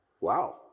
Wow